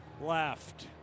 left